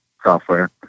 software